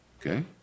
Okay